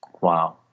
Wow